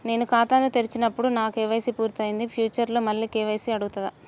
నేను ఖాతాను తెరిచినప్పుడు నా కే.వై.సీ పూర్తి అయ్యింది ఫ్యూచర్ లో మళ్ళీ కే.వై.సీ అడుగుతదా?